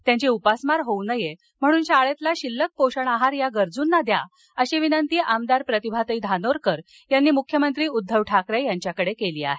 त्यांची उपासमार होऊ नये म्हणून शाळेतील शिल्लक पोषण आहार या गरजूंना द्या अशी विनंती आमदार प्रतिभाताई धानोरकर यांनी मुख्यमंत्री उद्वव ठाकरे यांच्या कडे केली आहेत